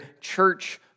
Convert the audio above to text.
church